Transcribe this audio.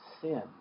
sin